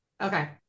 Okay